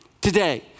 Today